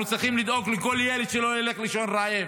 אנחנו צריכים לדאוג לכל ילד שלא ילך לישון רעב,